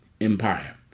Empire